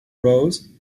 rose